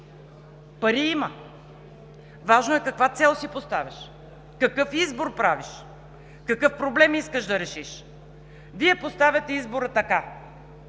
Пари има! Важно е каква цел си поставяш? Какъв избор правиш? Какъв проблем искаш да решиш? Вие поставяте избора така: